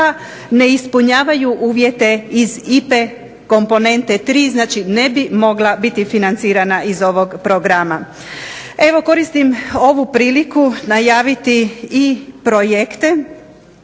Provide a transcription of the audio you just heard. ne ispunjavaju uvjete iz IPA-e komponente 3 znači ne bi mogla biti financirana iz ovog programa. Evo koristim ovu priliku najaviti projekte